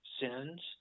sins